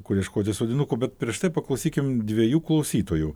kur ieškoti sodinukų bet prieš tai paklausykim dviejų klausytojų